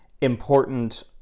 important